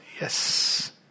Yes